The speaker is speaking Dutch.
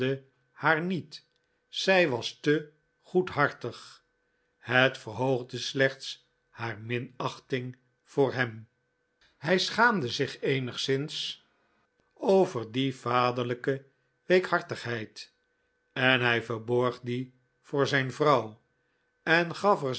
haar niet zij was te goedhartig het verhoogde slechts haar minachting voor hem hij schaamde zich eenigszins over die vaderlijke weekhartigheid en hij verborg die voor zijn vrouw en gaf